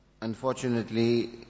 Unfortunately